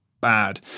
bad